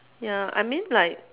ya I mean like